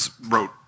wrote